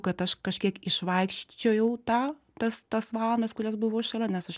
kad aš kažkiek išvaikščiojau tą tas tas valandas kurias buvau šalia nes aš